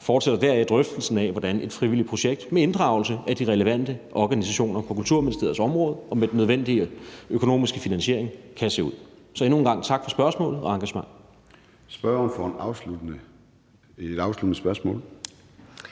fortsætter derefter drøftelsen af, hvordan et frivilligt projekt med inddragelse af de relevante organisationer på Kulturministeriets område og med den nødvendige økonomiske finansiering kan se ud. Så endnu en gang tak for spørgsmålet og engagementet.